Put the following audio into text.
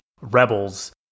rebels